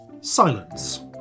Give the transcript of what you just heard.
Silence